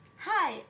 Hi